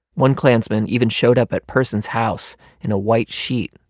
one klansman even showed up at person's house in a white sheet,